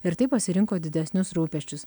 ir taip pasirinko didesnius rūpesčius